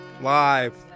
live